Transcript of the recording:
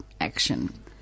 action